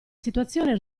situazione